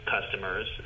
customers